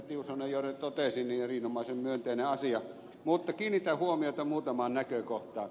tiusanen jo totesi erinomaisen myönteinen asia mutta kiinnitän huomiota muutamaan näkökohtaan